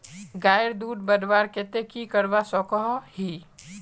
गायेर दूध बढ़वार केते की करवा सकोहो ही?